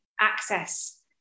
access